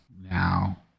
now